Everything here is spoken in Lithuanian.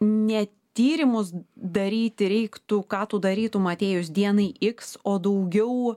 ne tyrimus daryti reiktų ką tu darytum atėjus dienai iks o daugiau